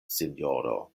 sinjoro